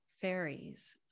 fairies